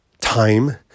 time